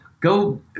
go